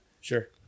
Sure